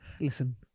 listen